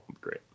Great